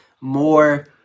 more